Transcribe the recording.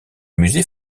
musée